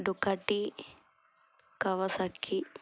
Ducati Kawasaki